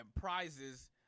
prizes